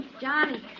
Johnny